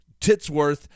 Titsworth